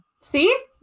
See